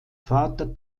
vater